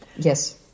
Yes